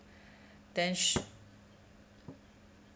then